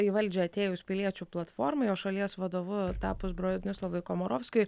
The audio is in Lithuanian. į valdžią atėjus piliečių platformai o šalies vadovu tapus bronislavui komorovskiui